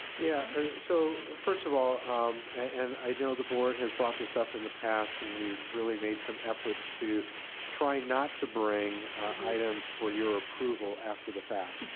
yeah so first of all, um and i know the board has brought this up in the past and we've really made some efforts to try not to bring items for your approval after the fact.